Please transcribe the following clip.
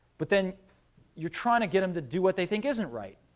but then you're trying to get them to do what they think isn't right.